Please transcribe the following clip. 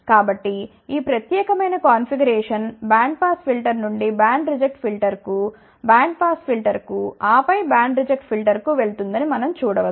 కాబట్టి ఈ ప్రత్యేకమైన కాన్ఫిగరేషన్ బ్యాండ్ పాస్ ఫిల్టర్ నుండి బ్యాండ్ రిజెక్ట్ ఫిల్టర్కు బ్యాండ్ పాస్ ఫిల్టర్కు ఆపై బ్యాండ్ రిజెక్ట్ ఫిల్టర్కు వెళ్తుందని మనం చూడ వచ్చు